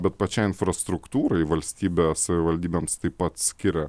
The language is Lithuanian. bet pačiai infrastruktūrai valstybė savivaldybėms taip pat skiria